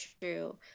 true